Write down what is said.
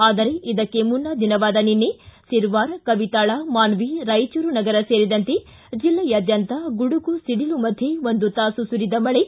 ಆದರೆ ಇದಕ್ಕೆ ಮುನ್ನಾ ದಿನವಾದ ನಿನ್ನೆ ಸಿರವಾರ ಕವಿತಾಳ ಮಾನ್ಜಿ ರಾಯಚೂರು ನಗರ ಸೇರಿದಂತೆ ಜಿಲ್ಲೆಯಾದ್ವಂತ ಗುಡುಗು ಒಡಿಲು ಮಧ್ಯೆ ಒಂದು ತಾಸು ಸುರಿದ ಮಳೆ